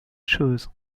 shoes